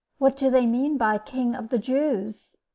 what do they mean by king of the jews?